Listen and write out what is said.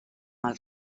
els